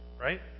right